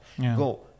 go